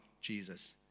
Jesus